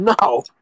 No